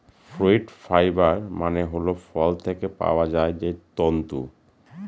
fruit fibre মানে হল ফল থেকে পাওয়া যায় যে তন্তু